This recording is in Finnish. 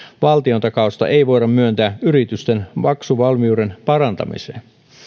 valtiontakausta ei voida myöntää yritysten maksuvalmiuden parantamiseen